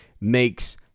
Makes